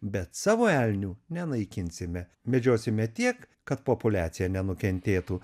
bet savo elnių nenaikinsime medžiosime tiek kad populiacija nenukentėtų